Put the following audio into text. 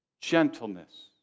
gentleness